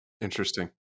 Interesting